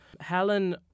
Helen